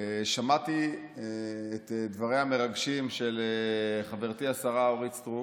שמעתי את דבריה המרגשים של חברתי השרה אורית סטרוק,